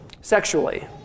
sexually